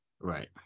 right